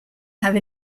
have